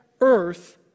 earth